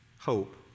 hope